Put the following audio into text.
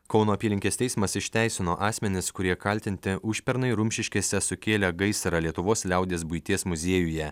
kauno apylinkės teismas išteisino asmenis kurie kaltinti užpernai rumšiškėse sukėlę gaisrą lietuvos liaudies buities muziejuje